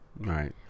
right